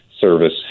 service